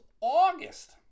August